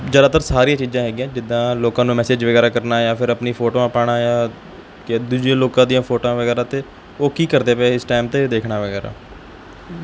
ਜ਼ਿਆਦਾਤਰ ਸਾਰੀਆਂ ਚੀਜ਼ਾਂ ਹੈਗੀਆਂ ਜਿੱਦਾਂ ਲੋਕਾਂ ਨੂੰ ਮੈਸੇਜ ਵਗੈਰਾ ਕਰਨਾ ਜਾਂ ਫਿਰ ਆਪਣੀ ਫੋਟੋਆਂ ਪਾਉਣਾ ਜਾਂ ਕਿ ਦੂਜੇ ਲੋਕਾਂ ਦੀਆਂ ਫੋਟੋਆਂ ਵਗੈਰਾ 'ਤੇ ਉਹ ਕੀ ਕਰਦੇ ਪਏ ਇਸ ਟਾਈਮ 'ਤੇ ਇਹ ਦੇਖਣਾ ਵਗੈਰਾ